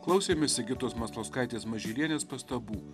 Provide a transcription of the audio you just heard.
klausėmės sigitos maslauskaitės mažylienės pastabų